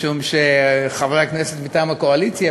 משום שחברי הכנסת מטעם הקואליציה,